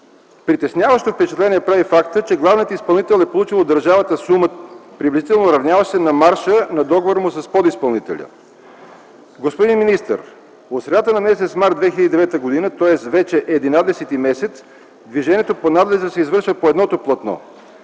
Притесняващо впечатление прави факта, че главният изпълнител е получил от държавата сума, приблизително равняваща се на марша на договора му с подизпълнителя. Господин министър, от средата на м. март 2009 г., тоест вече единадесети месец, движението по надлеза се извършва по едното платно.